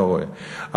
לא רואה,